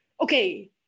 Okay